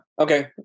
okay